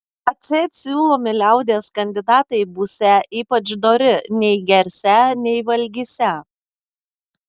atseit siūlomi liaudies kandidatai būsią ypač dori nei gersią nei valgysią